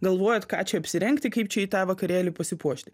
galvojat ką čia apsirengti kaip čia į tą vakarėlį pasipuošti